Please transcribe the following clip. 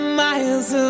miles